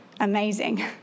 Amazing